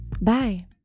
Bye